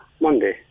Monday